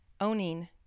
owning